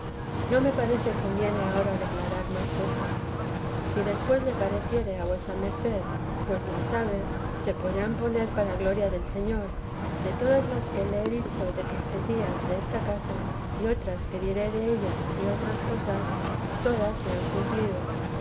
no me parece conviene ahora declarar más cosas si después le pareciere a vuesa merced pues las sabe se podrán poner para gloria del señor de todas las que le he dicho de profecías desta casa y otras que diré della y otras cosas todas se han cumplido